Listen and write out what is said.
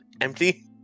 empty